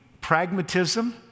pragmatism